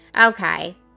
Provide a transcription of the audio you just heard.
Okay